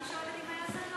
אני שואלת אם היה זדון.